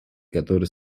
которой